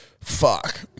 fuck